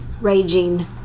raging